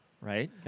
right